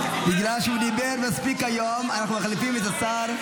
בגלל שהוא דיבר מספיק היום, אנחנו מחליפים את השר.